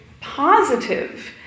positive